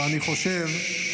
ואני חושב -- ששש.